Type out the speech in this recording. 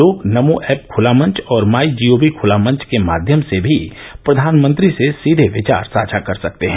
लोग नमो ऐप खुला मंच और माइ गोव खुला मंच के माध्यम से भी प्रधानमंत्री से सीधे विचार साझा कर सकते हैं